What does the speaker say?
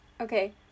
okay